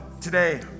today